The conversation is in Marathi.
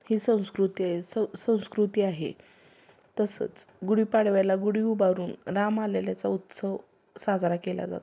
ही संस्कृती आहे स संस्कृती आहे तसंच गुढीपाडव्याला गुढी उभारून राम आलेल्याचा उत्सव साजरा केला जातो